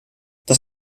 das